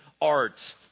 art